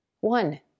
One